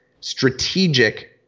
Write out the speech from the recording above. strategic